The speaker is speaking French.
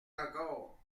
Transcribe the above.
encore